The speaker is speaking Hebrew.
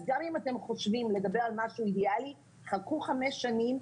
אז גם אם אתם חושבים לדבר על משהו אידיאלי - חכו חמש שנים.